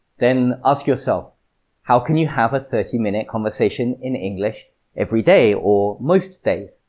then ask yourself how can you have a thirty minute conversation in english every day or most days?